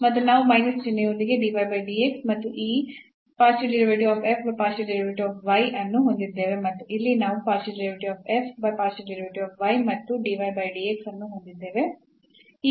ಮತ್ತು ನಾವು ಮೈನಸ್ ಚಿಹ್ನೆ ಯೊಂದಿಗೆ ಮತ್ತು ಈ ಅನ್ನು ಹೊಂದಿದ್ದೇವೆ ಮತ್ತು ಇಲ್ಲಿ ನಾವು ಮತ್ತು ಅನ್ನು ಹೊಂದಿದ್ದೇವೆ